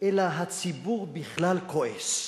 אלא הציבור בכלל כועס.